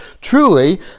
Truly